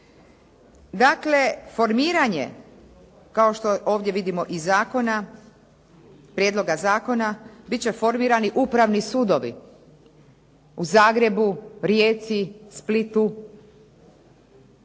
Dakle, formiranje kao što ovdje vidimo iz zakona, prijedloga zakona biti će formirani upravni sudovi u Zagrebu, Rijeci, Splitu,